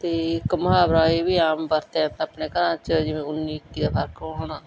ਅਤੇ ਇੱਕ ਮੁਹਾਵਰਾ ਇਹ ਵੀ ਆਮ ਵਰਤਿਆ ਜਾਂਦਾ ਆਪਣੇ ਘਰਾਂ 'ਚ ਜਿਵੇਂ ਉੱਨੀ ਇੱਕੀ ਦਾ ਫਰਕ ਹੋਣਾ